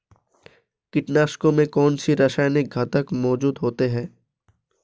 कीटनाशकों में कौनसे रासायनिक घटक मौजूद होते हैं?